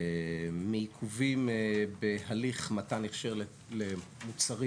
מעיכובים בהליך מתן הכשר למוצרים